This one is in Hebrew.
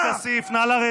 חבר הכנסת כסיף, נא לרדת.